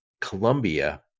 Colombia